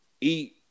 eat